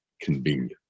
convenient